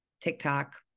TikTok